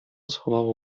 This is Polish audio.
schowało